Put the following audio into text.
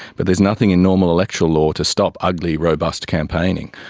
but there's nothing in normal electoral law to stop ugly robust campaigning.